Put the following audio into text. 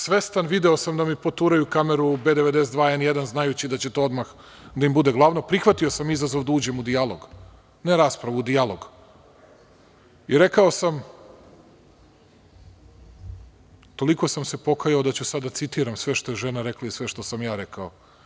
Svestan, video sam da mi poturaju kameru B-92 i N-1, znajući da će to odmah da im bude glavno, prihvatio sam izazov da uđem u dijalog, ne raspravu, u dijalog, i rekao sam, toliko sam se pokajao da ću sad da citiram sve što je žena rekla i što sam ja rekao.